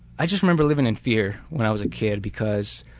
i just remember living in fear when i was a kid because